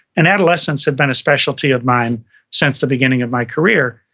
and adolescents have been a specialty of mine since the beginning of my career.